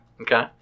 Okay